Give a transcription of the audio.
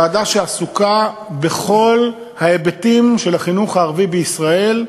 ועדה שעסוקה בכל ההיבטים של החינוך הערבי בישראל,